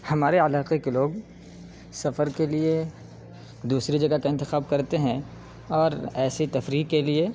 ہمارے علاقے کے لوگ سفر کے لیے دوسری جگہ کا انتخاب کرتے ہیں اور ایسی تفریح کے لیے